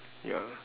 ya